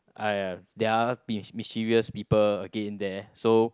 !aiya! they're mis~ mischievous people again there so